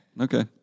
Okay